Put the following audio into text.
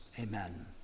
Amen